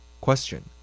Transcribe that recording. Question